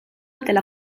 della